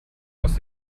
aus